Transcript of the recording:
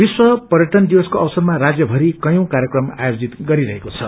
विश्व पर्यटन दिवसको अवसरमा राज्यभरि कयौं कार्यक्रम आयोजित गरिरहेको छ